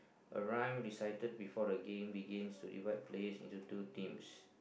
alright decided before the game begins to divide players into two teams